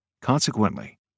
Consequently